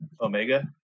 Omega